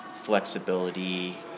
flexibility